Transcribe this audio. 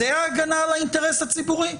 זאת ההגנה על האינטרס הציבורי?